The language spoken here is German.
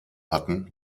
hatten